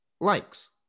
likes